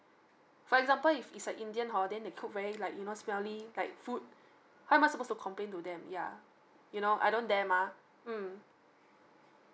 for example if it's like indian hor then they cook very like you know smelly like food how am I supposed to complain to them yeah you know I don't dare mah mm